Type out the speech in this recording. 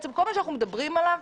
בעצם כל מה שאנחנו מדברים עליו,